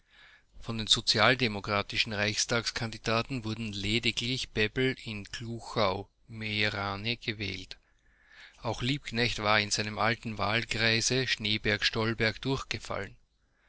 von den sozialdemokratischen reichstagskandidaten wurde lediglich bebel in glauchau meerane gewählt auch liebknecht war in seinem alten wahlkreise schneeberg stollberg durchgefallen